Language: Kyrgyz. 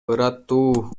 ырааттуу